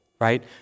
right